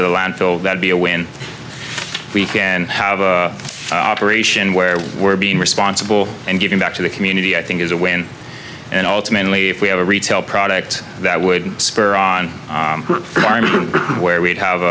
landfill that be a when we can have an operation where we're being responsible and giving back to the community i think is a win and ultimately if we have a retail product that would spur on where we'd have